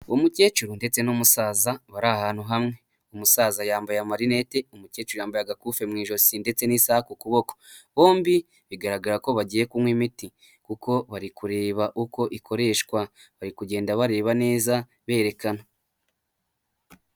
Umukecuru ndetse n'umusaza bari ahantu hamwe, umusaza yambaye amarinete umukecuru yambaye agakufi mu ijosi, ndetse n'isaha ku kuboko, bombi bigaragara ko bagiye kunywa imiti, kuko bari kureba uko ikoreshwa bari kugenda bareba neza berekana.